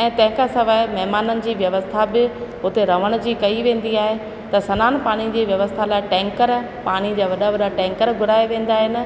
ऐं तंहिं खां सवाइ महिमाननि जी व्यवस्था बि उते रहण जी बि कई वेंदी आहे त सनानु पाणी जी व्यवस्था लाइ टैंकर पाणी जा वॾा वॾा टैंकर घुराए वेंदा आहिनि